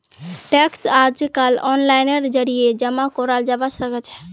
tax अइजकाल ओनलाइनेर जरिए जमा कराल जबा सखछेक